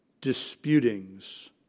disputings